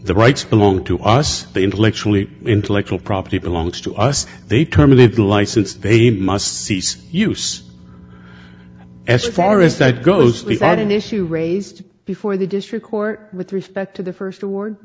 the rights belong to us they intellectually intellectual property belongs to us they terminated license they must cease use as far as that goes without an issue raised before the district court with respect to the st award